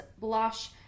blush